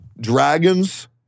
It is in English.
Dragons